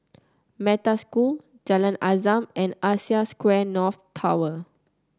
Metta School Jalan Azam and Asia Square North Tower